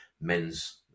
men's